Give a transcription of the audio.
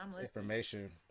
information